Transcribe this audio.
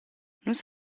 nus